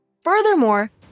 Furthermore